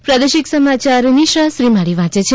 પ્રાદેશિક સમાચાર નિશા શ્રીમાળી વાંચ છે